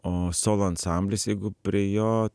o solo ansamblis jeigu prie jo